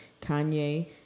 Kanye